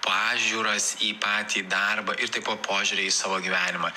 pažiūras į patį darbą ir taip pat požiūrį į savo gyvenimą